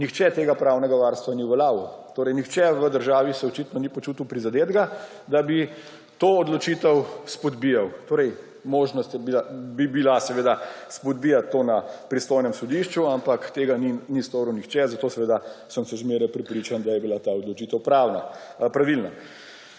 nihče tega pravnega varstva ni uveljavljal. Torej se nihče v državi očitno ni počutil prizadetega, da bi to odločitev izpodbijal. Možnost bi bila izpodbijati to na pristojnem sodišču, ampak tega ni storil nihče, zato sem še zmeraj prepričan, da je bila ta odločitev pravilna.